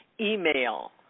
email